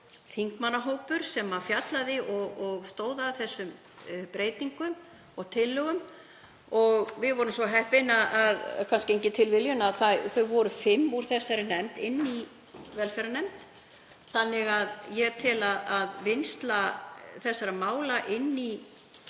þingmannahópur sem fjallaði um og stóð að þessum breytingum og tillögum og við vorum svo heppin, kannski engin tilviljun, að þau voru fimm úr þessari nefnd í velferðarnefnd. Ég tel að vinnsla þessara mála í